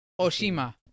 Oshima